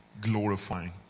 glorifying